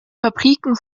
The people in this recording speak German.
fabriken